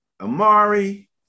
Amari